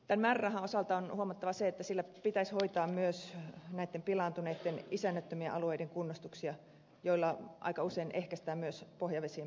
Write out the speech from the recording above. tämän määrärahan osalta on huomattava se että sillä pitäisi hoitaa myös näitten pilaantuneitten isännättömien alueiden kunnostuksia joilla aika usein ehkäistään myös pohjavesien pilaantumista